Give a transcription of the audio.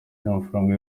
by’amafaranga